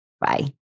Bye